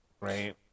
Right